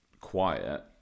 quiet